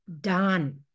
done